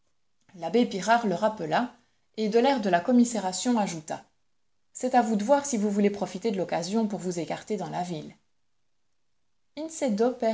l'abbé pirard le rappela et de l'air de la commisération ajouta c'est à vous de voir si vous voulez profiter de l'occasion pour vous écarter dans la ville